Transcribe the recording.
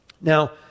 Now